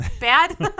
bad